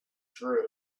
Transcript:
true